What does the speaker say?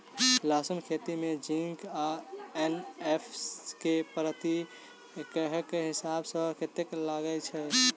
लहसून खेती मे जिंक आ एन.पी.के प्रति एकड़ हिसाब सँ कतेक लागै छै?